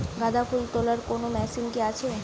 গাঁদাফুল তোলার কোন মেশিন কি আছে?